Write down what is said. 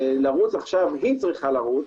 היא צריכה לרוץ,